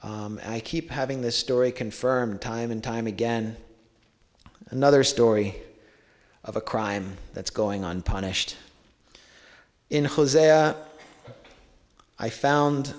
and i keep having this story confirmed time and time again another story of a crime that's going on punished in jose i found